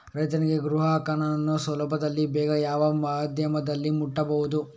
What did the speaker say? ರೈತನು ಗ್ರಾಹಕನನ್ನು ಸುಲಭದಲ್ಲಿ ಬೇಗ ಯಾವ ಮಾಧ್ಯಮದಲ್ಲಿ ಮುಟ್ಟಬಹುದು?